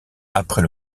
après